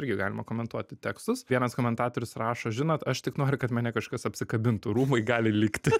irgi galima komentuoti tekstus vienas komentatorius rašo žinot aš tik noriu kad mane kažkas apsikabintų rūmai gali likti